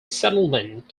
settlement